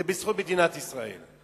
זה בזכות מדינת ישראל.